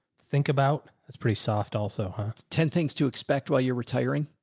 think about. that's pretty soft. also ten things to expect while you're retiring.